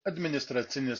administracinis